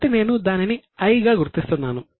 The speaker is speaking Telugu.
కాబట్టి నేను దానిని 'I' గా గుర్తిస్తున్నాను